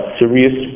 serious